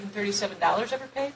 thirty seven dollars every day